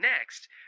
Next